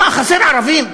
מה, חסר ערבים?